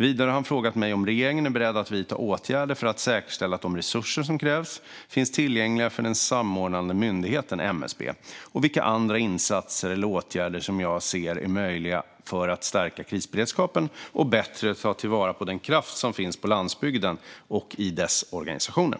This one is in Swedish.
Vidare har han frågat mig om regeringen är beredd att vidta åtgärder för att säkerställa att de resurser som krävs finns tillgängliga för den samordnande myndigheten, MSB, och vilka andra insatser eller åtgärder som jag ser är möjliga för att stärka krisberedskapen och bättre ta till vara den kraft som finns på landsbygden och i dess organisationer.